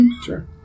Sure